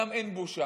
גם אין בושה.